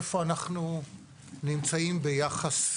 איפה אנחנו נמצאים ביחס לעולם.